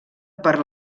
per